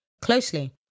closely